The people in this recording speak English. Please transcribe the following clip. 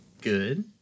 Good